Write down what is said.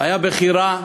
היה בכי רע.